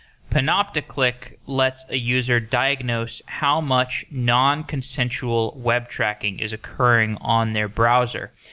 panopticlick lets a user diagnose how much non-consensual web tracking is occurring on their browser.